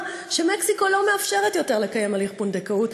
שמקסיקו לא מאפשרת יותר לקיים הליך פונדקאות,